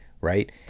right